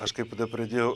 aš kaip tada pradėjau